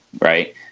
Right